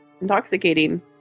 intoxicating